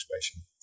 situation